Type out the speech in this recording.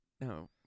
No